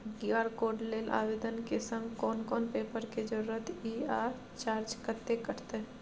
QR code लेल आवेदन के संग कोन कोन पेपर के जरूरत इ आ चार्ज कत्ते कटते?